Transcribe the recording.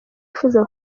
yifuza